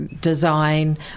design